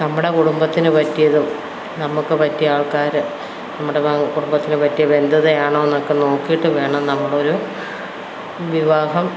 നമ്മുടെ കുടുംബത്തിന് പറ്റിയതും നമ്മള്ക്ക് പറ്റിയ ആൾക്കാര് നമ്മുടെ കുടുംബത്തിന് പറ്റിയ ബന്ധതയാണോ എന്നൊക്കെ നോക്കിയിട്ട് വേണം നമ്മളൊരു വിവാഹം